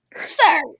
sir